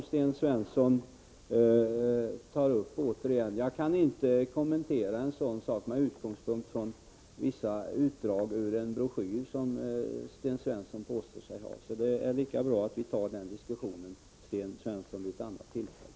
Sten Svensson upprepade sina frågor. Jag kan inte kommentera dem med utgångspunkt i vissa utdrag ur en broschyr som Sten Svensson påstår sig ha. Det är lika bra att vi tar den diskussionen vid ett annat tillfälle.